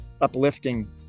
uplifting